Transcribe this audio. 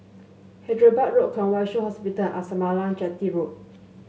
Hyderabad Road Kwong Wai Shiu Hospital and Arnasalam Chetty Road